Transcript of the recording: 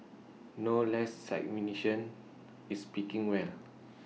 no less is speaking well